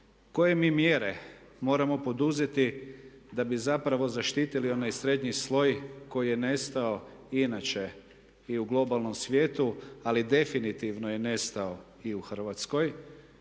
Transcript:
koje mi mjere moramo poduzeti da bi zapravo zaštitili onaj srednji sloj koji je nestao i inače i u globalnom svijetu ali definitivno je nestao i u Hrvatskoj,